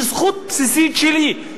היא זכות בסיסית שלי.